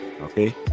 okay